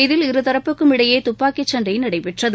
இதில் இருதரப்புக்கும் இடையே துப்பாக்கிச்சண்டை நடைபெற்றது